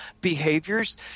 behaviors